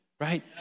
right